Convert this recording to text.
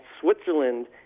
Switzerland –